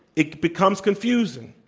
it becomes confusing.